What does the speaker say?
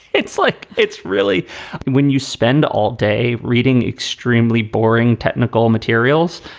it's like it's really when you spend all day reading extremely boring technical materials.